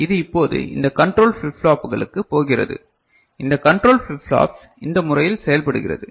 இது இப்போது இந்த கண்ட்ரோல் ஃபிளிப் ஃப்ளாப்புகளுக்குப் போகிறது இந்த கண்ட்ரோல் ஃபிளிப் ஃப்ளாப்ஸ் இந்த முறையில் செயல்படுகிறது